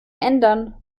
ändern